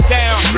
down